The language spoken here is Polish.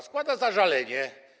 Składa zażalenie.